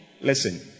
listen